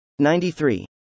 93